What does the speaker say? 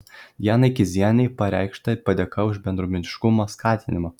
dianai kizienei pareikšta padėka už bendruomeniškumo skatinimą